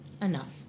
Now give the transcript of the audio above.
Enough